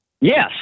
yes